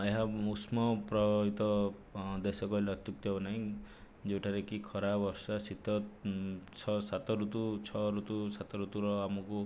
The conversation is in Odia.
ଏହା ଉଷ୍ମ ପ୍ରବାହିତ ଦେଶ କହିଲେ ଅତ୍ୟୁକ୍ତି ହେବ ନାହିଁ ଯେଉଁଟାରେ କି ଖରା ବର୍ଷା ଶୀତ ଛଅ ସାତ ଋତୁ ଛଅ ଋତୁ ସାତ ଋତୁର ଆମକୁ